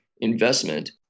investment